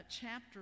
chapter